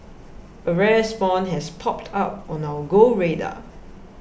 a rare spawn has popped up on our Go radar